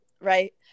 right